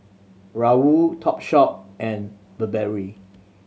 Raoul Topshop and Burberry